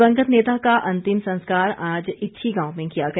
दिवंगत नेता का अंतिम संस्कार आज इच्छी गांव में किया गया